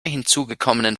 hinzugekommenen